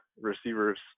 receivers